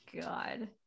God